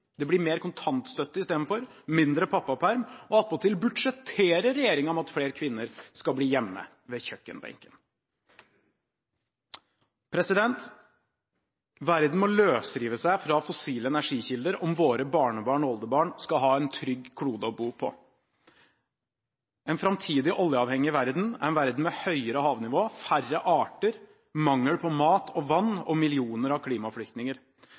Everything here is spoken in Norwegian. Det blir mer kontantstøtte istedenfor, mindre pappaperm, og attpåtil budsjetterer regjeringen med at flere kvinner skal bli hjemme ved kjøkkenbenken. Verden må løsrive seg fra fossile energikilder om våre barnebarn og oldebarn skal ha en trygg klode å bo på. En framtidig oljeavhengig verden er en verden med høyere havnivå, færre arter, mangel på mat og vann og millioner av klimaflyktninger,